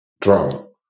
Drum